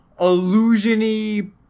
Illusiony